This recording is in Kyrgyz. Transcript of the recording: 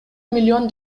миллион